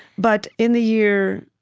but in the year